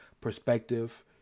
perspective